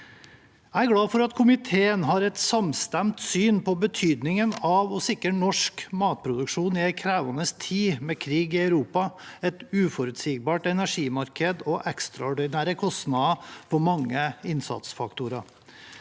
Jeg er glad for at komiteen har et samstemt syn på betydningen av å sikre norsk matproduksjon i en krevende tid, med krig i Europa, et uforutsigbart energimarked og ekstraordinære kostnader på mange innsatsfaktorer.